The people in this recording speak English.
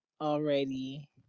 already